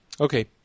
Okay